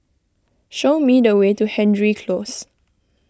show me the way to Hendry Close